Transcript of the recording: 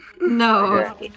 No